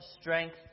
strength